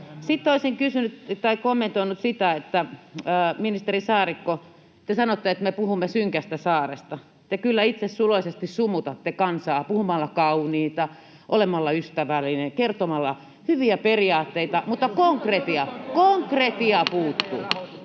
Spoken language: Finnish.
Sitten olisin kommentoinut sitä, kun, ministeri Saarikko, te sanoitte, että me puhumme synkästä saaresta. Te kyllä itse suloisesti sumutatte kansaa puhumalla kauniita, olemalla ystävällinen, kertomalla hyviä periaatteita, mutta konkretia puuttuu.